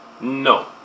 no